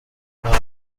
nabwo